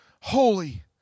holy